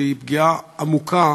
שהיא פגיעה עמוקה